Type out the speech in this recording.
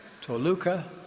Toluca